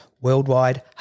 worldwide